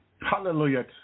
Hallelujah